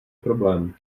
problém